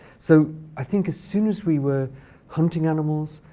so i think as soon as we were hunting animals,